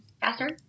faster